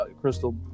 crystal